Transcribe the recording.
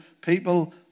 people